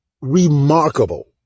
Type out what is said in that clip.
remarkable